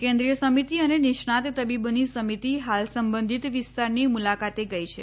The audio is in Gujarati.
કેન્દ્રીય સમિતિ અને નિષ્ણાંત તબીબોની સમિતિ હાલ સંબંધિત વિસ્તારની મુલાકાતે ગઈ છે